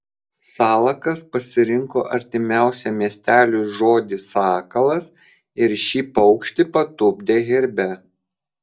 salakas pasirinko artimiausią miesteliui žodį sakalas ir šį paukštį patupdė herbe